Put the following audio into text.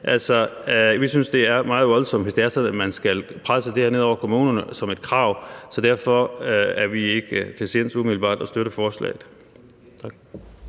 Vi synes, det er meget voldsomt, hvis det er sådan, at man skal presse det her ned over kommunerne som et krav. Derfor er vi ikke til sinds umiddelbart at støtte forslaget.